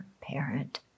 parent